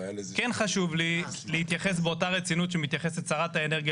כן חשוב לי להתייחס באותה רצינות שמתייחסת שרת האנרגיה